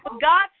God